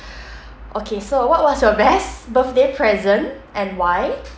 okay so what was your best birthday present and why